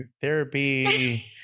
therapy